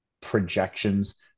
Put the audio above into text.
projections